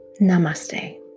Namaste